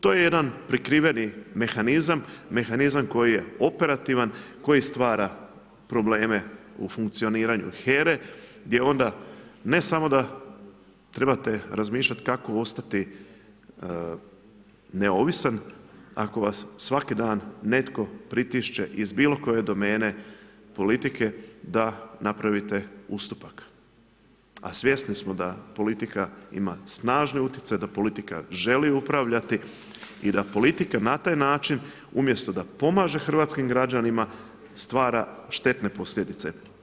To je jedan prekriveni mehanizam, mehanizam koji je operativan, koji stvara probleme u funkcioniranju HERA-e, gdje onda ne samo da trebate razmišljat kako ostati neovisan, ako vas svaki dan netko pritišće iz bilo koje domene politike, da napravite ustupak, a svjesni smo da politika ima snažni utjecaj, da politika želi upravljati i da politika na taj način, umjesto da pomaže hrvatskim građanima, stvara štetne posljedice.